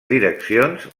direccions